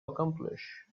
accomplish